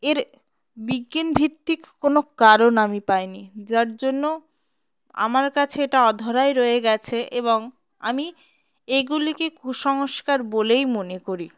এর বিজ্ঞানভিত্তিক কোনো কারণ আমি পাইনি যার জন্য আমার কাছে এটা অধরাই রয়ে গেছে এবং আমি এগুলিকে কুসংস্কার বলেই মনে করি